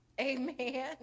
Amen